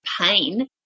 pain